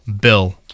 Bill